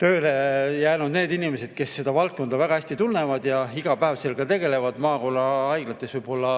tööle jäänud need inimesed, kes seda valdkonda väga hästi tunnevad ja iga päev sellega tegelevad. Maakonnahaiglates võib-olla